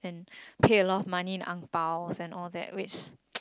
and pay a lot of money in ang-baos and all that which